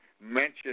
mention